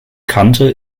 kannte